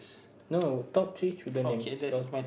no top three children names your